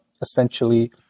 Essentially